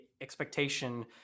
expectation